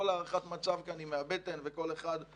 כל הערכת מצב כאן היא מהבטן וכל מייצג